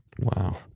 Wow